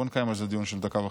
בוא נקיים על זה דיון של דקה וחצי.